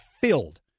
filled